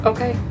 Okay